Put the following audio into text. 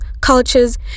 cultures